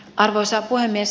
arvoisa puhemies